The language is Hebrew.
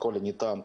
ככל הניתן,